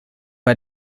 bei